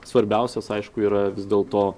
svarbiausias aišku yra vis dėlto